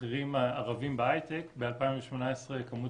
שכירים ערבים בהייטק ב-2018 כמות